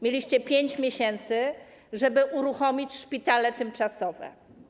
Mieliście 5 miesięcy, żeby uruchomić szpitale tymczasowe.